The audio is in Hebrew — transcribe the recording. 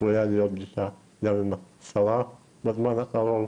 הייתה לי עוד פגישה גם עם השרה בזמן האחרון